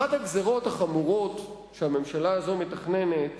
אחת הגזירות החמורות שהממשלה הזו מתכננת